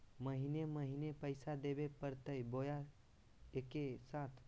महीने महीने पैसा देवे परते बोया एके साथ?